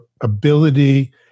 ability